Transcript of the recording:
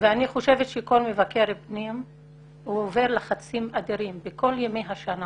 אני חושבת שכל מבקר פנים עובר לחצים אדירים בכל ימות השנה